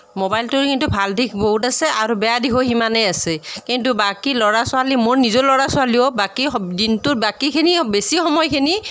মোবাইলটোৰ কিন্তু ভাল দিশ বহুত আছে আৰু বেয়া দিশো সিমানেই আছে কিন্তু বাকী ল'ৰা ছোৱালী মোৰ নিজৰ ল'ৰা ছোৱালীয়েও বাকী দিনটোৰ বাকীখিনি বেছি সময়খিনি